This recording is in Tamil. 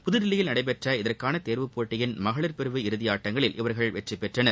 புதுதில்லியில் நடைபெற்ற இதற்கான தேர்வு போட்டியின் மகளிர் பிரிவு இறுதியாட்டங்களில் இவர்கள் வெற்றி பெற்றனர்